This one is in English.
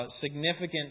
Significant